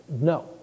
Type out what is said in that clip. No